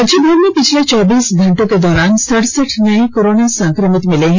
राज्यभर में पिछले चौबीस घंटे के दौरान सडसठ नये कोरोना संक्रमित मिले हैं